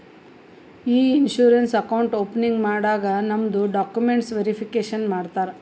E insurance account opening ಮಾಡಾಗ್ ನಮ್ದು documents verification ಮಾಡ್ತಾರ